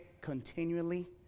continually